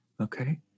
Okay